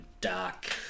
dark